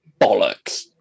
bollocks